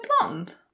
Blonde